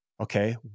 okay